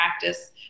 practice